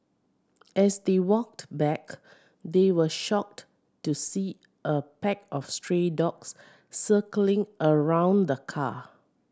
as they walked back they were shocked to see a pack of stray dogs circling around the car